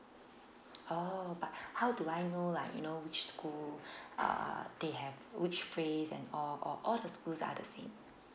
oh but how do I know like you know which school uh they have which phase and or or all the schools are the same